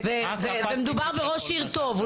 ומדובר בראש עיר טוב.